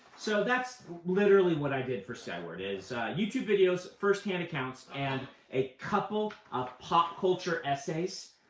so that's literally what i did for skyward, is youtube videos, firsthand accounts, and a couple of pop culture essays,